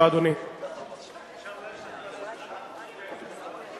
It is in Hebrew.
אין נמנעים.